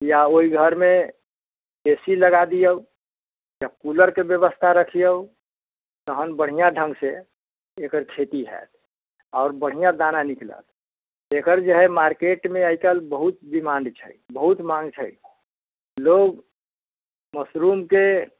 या ओहि घरमे ए सी लगा दिऔ या कूलरके व्यवस्था रखिऔ तहन बढ़िआँ ढङ्गसँ एकर खेती हाएत आओर बढ़िआँ दाना निकलत एकर जे हइ मार्केटमे आइकाल्हि बहुत डिमाण्ड छै बहुत माँग छै लोग मशरूमके